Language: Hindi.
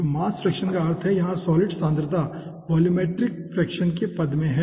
तो मास फ्रैक्शन का अर्थ है यहाँ सॉलिड सांद्रता वोलुमटेरिक फ्रैक्शन के पद में है